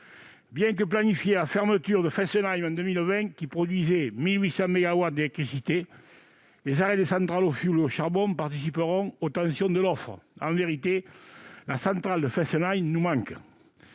Bien que planifiés, la fermeture de Fessenheim en 2020- qui produisait 1 800 mégawatts -et les arrêts de centrales au fioul et au charbon participeront aux tensions de l'offre. En vérité, la centrale de Fessenheim nous manque